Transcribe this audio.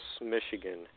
Michigan